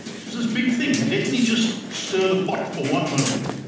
there's this big thing and let me just stir the pot for one moment.